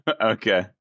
Okay